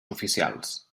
oficials